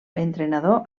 entrenador